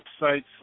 websites